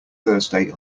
thursday